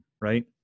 right